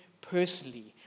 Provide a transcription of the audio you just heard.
personally